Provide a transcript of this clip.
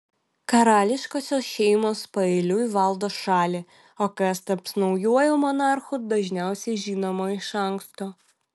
karališkosios šeimos paeiliui valdo šalį o kas taps naujuoju monarchu dažniausiai žinoma iš anksto